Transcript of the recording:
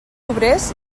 obrers